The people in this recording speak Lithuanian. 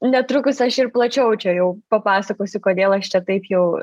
netrukus aš ir plačiau čia jau papasakosiu kodėl aš čia taip jau